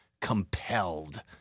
compelled